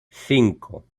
cinco